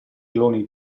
cloni